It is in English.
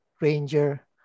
Ranger